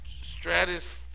Stratus